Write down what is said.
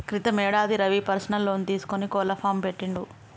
క్రితం యేడాది Ravi personal loan తీసుకొని కోళ్ల ఫాం పెట్టిండు